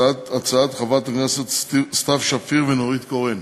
הצעות חברות הכנסת סתיו שפיר ונורית קורן.